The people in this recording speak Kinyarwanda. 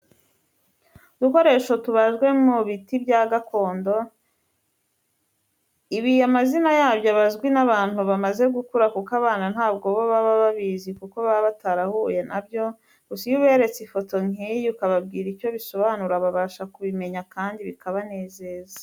Udukoresho tubajwe mu biti bya gakondo, ibi amazina yabyo aba azwi n'abantu bamaze gukura kuko abana ntabwo bo baba babizi kuko baba batarahuye na byo, gusa iyo uberetse ifoto nk'iyi ukababwira icyo bisobanura babasha kubimenya kandi bikabanezeza.